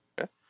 okay